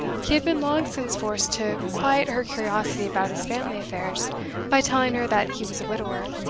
he had been long since forced to quiet her curiosity about his family affairs by telling her that he was a widower,